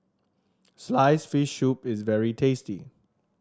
slice fish soup is very tasty